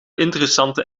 interessante